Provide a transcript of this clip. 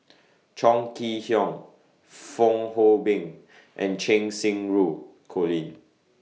Chong Kee Hiong Fong Hoe Beng and Cheng Xinru Colin